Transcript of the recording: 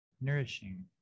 nourishing